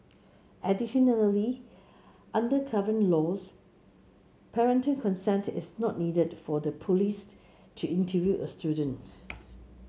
additionally under current laws parental consent is not needed for the police to interview a student